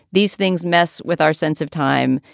these things mess with our sense of time.